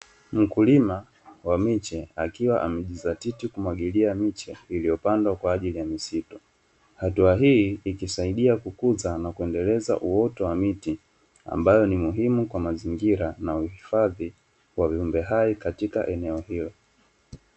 Mkulima wa miche, akiwa amejidhatiti kumwagilia miche iliyopandwa kwa ajili ya misitu. Hatua hii ikisaidia kukuza na kuendeleza uoto wa miti, ambayo ni muhimu kwa mazingira, na uhifadhi wa viumbe hai katika eneo hilo.